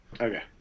Okay